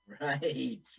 Right